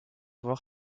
voir